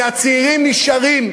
כי הצעירים נשארים,